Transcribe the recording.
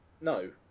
No